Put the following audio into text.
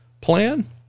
plan